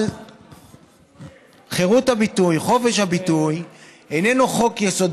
אבל חירות הביטוי, חופש הביטוי איננו חוק-יסוד.